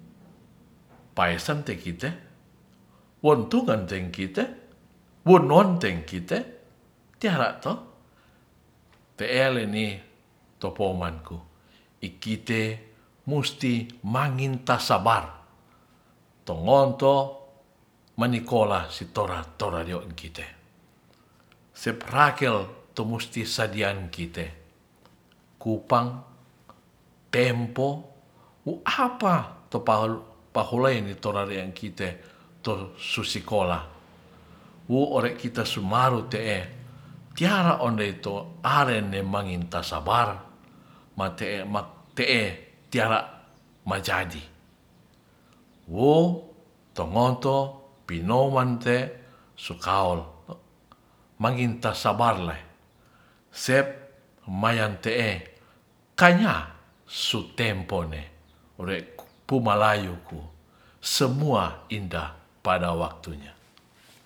Paesente kite wontu kanteng kite, wonwontwng kite, tiala to pe'eleni topomanku ikite musti manginta sabar tongonto manikola sitora tora diaen kite seprakel to musti sadiaen kite kupang tempo wu apa topahulaeng toareren kite to su sikola wuore kite sumaru te'e tiara ondei to taren de manginta sabar mate'e tiala majadi wo tongoto pinouman te sukaol mangintasabarle sep mayante'e kanya sutempone ore' pumalayuku semua indah pada waktunya.